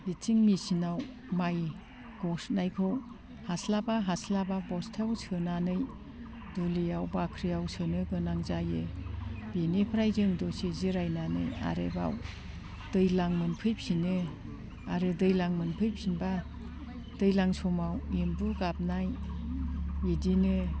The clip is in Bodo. बिथिं मेसिनाव माइ गसनायखौ हास्लाबा हास्लाबा बस्थायाव सोनानै दुलियाव बाख्रियाव सोनो गोनां जायो बेनिफ्राय जों दसे जिरायनानै आरोबाव दैज्लां मोनफैफिनो आरो दैज्लां मोनफैफिनबा दैज्लां समाव एमबु गाबनाय बिदिनो